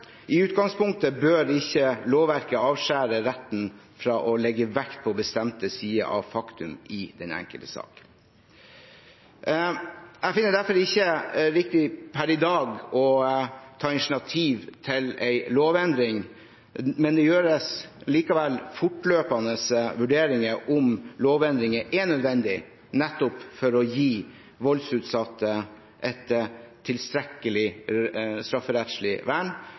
I utgangspunktet bør lovverket ikke avskjære retten fra å legge vekt på bestemte sider av faktum i den enkelte saken. Jeg finner det derfor ikke riktig per i dag å ta initiativ til en lovendring, men det gjøres likevel vurderinger fortløpende om lovendringer er nødvendig, nettopp for å gi voldsutsatte et tilstrekkelig strafferettslig vern.